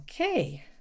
Okay